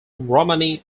romani